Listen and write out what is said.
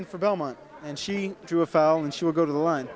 end for belmont and she drew a foul and she will go to the line